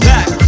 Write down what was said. Back